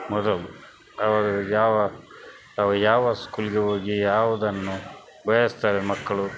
ಮೊದಲು ಅವರು ಯಾವ ಅವರು ಯಾವ ಸ್ಕೂಲಿಗೆ ಹೋಗಿ ಯಾವುದನ್ನು ಬಯಸುತ್ತಾರೆ ಮಕ್ಕಳು